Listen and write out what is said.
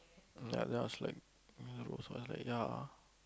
ya that's was like also like ya